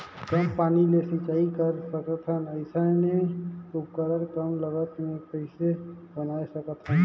कम पानी ले सिंचाई कर सकथन अइसने उपकरण कम लागत मे कइसे बनाय सकत हन?